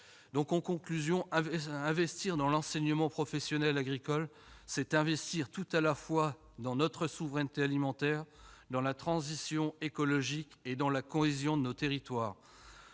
chers collègues, investir dans l'enseignement professionnel agricole, c'est investir tout à la fois dans notre souveraineté alimentaire, dans la transition écologique et dans la cohésion de nos territoires.